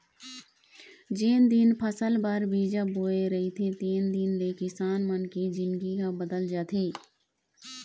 जेन दिन ले फसल बर बीजा बोय रहिथे तेन दिन ले किसान मन के जिनगी ह बदल जाथे